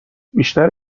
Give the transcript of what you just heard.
بیشتر